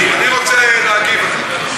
אני רוצה להגיב.